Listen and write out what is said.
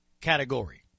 category